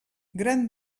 gran